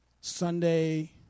Sunday